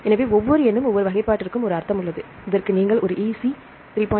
எனவே ஒவ்வொரு எண்ணும் ஒவ்வொரு வகைப்பாட்டிற்கும் ஒரு அர்த்தம் உள்ளது இதற்கு நீங்கள் ஒரு EC 3